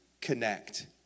connect